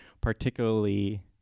particularly